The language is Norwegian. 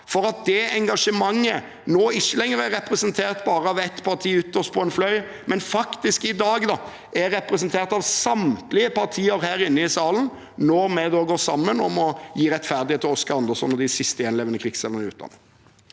for at det engasjementet nå ikke lenger er representert bare av ett parti ytterst på en fløy, men faktisk i dag er representert av samtlige partier her inne i salen, når vi går sammen om å gi rettferdighet til Oscar Anderson og de siste gjenlevende krigsseilerne i utlandet.